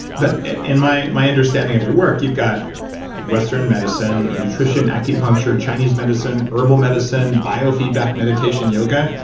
but in my my understanding of your work, you've got western medicine, nutrition, acupuncture, chinese medicine, herbal medicine biofeedback, meditation, yoga,